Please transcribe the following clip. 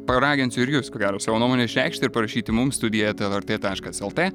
paraginsiu ir jus ko gero savo nuomonę išreikšti ir parašyti mums studija eta lrt taškas lt